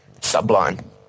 Sublime